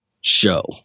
show